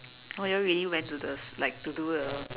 oh you all really went to the like to do the